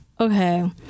okay